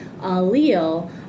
allele